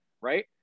right